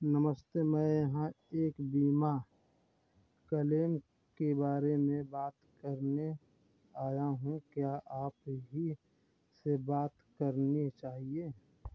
नमस्ते मैं यहाँ एक बीमा क्लेम के बारे में बात करने आया हूँ क्या आप ही से बात करनी चाहिए